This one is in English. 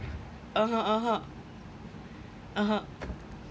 (uh huh) (uh huh)